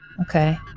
Okay